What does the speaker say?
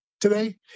today